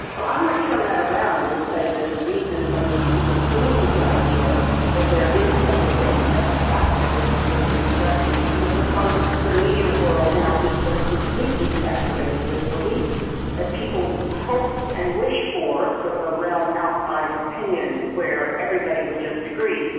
ah i might turn that around and say that the reason so many people cling to the idea that there is such a thing as a fact that is completely objective is because the media world now is so completely saturated with beliefs that people hope and wish for sort of a realm outside of opinion where everybody would just agree.